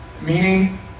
meaning